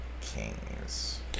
kings